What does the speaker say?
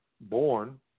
Born